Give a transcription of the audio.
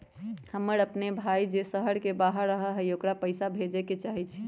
हमर अपन भाई जे शहर के बाहर रहई अ ओकरा पइसा भेजे के चाहई छी